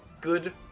good